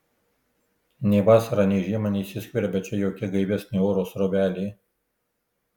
nei vasarą nei žiemą neįsiskverbia čia jokia gaivesnė oro srovelė